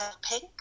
pink